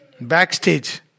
Backstage